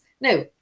Now